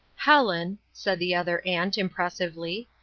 helen, said the other aunt, impressively,